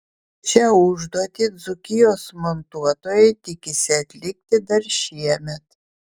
šią užduotį dzūkijos montuotojai tikisi atlikti dar šiemet